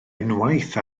unwaith